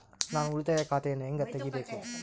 ನಾನು ಉಳಿತಾಯ ಖಾತೆಯನ್ನು ಹೆಂಗ್ ತಗಿಬೇಕು?